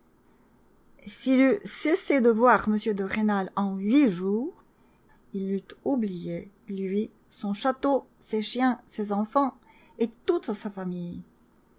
s'il eût cessé de voir m de rênal en huit jours il l'eût oublié lui son château ses chiens ses enfants et toute sa famille